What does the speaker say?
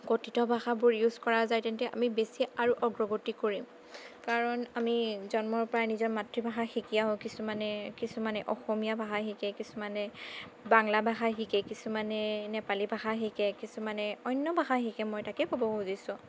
কথিত ভাষাবোৰ ইউজ কৰা যায় তেন্তে আমি বেছি আৰু অগ্ৰগতি কৰিম কাৰণ আমি জন্মৰ পৰাই নিজৰ মাতৃভাষা শিকি আহোঁ কিছুমানে অসমীয়া ভাষা শিকে কিছুমানে বাংলা ভাষা শিকে কিছুমানে নেপালী ভাষা শিকে বা কিছুমানে অন্য ভাষা শিকে মই তাকেই ক'ব খুজিছোঁ